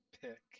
pick